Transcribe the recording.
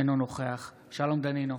אינו נוכח שלום דנינו,